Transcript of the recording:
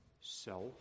self